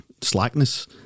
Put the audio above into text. slackness